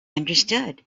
understood